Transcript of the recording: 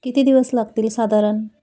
किती दिवस लागतील साधारण